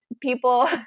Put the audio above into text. people